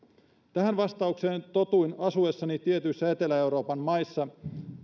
tähän vastaukseen totuin asuessani tietyissä etelä euroopan maissa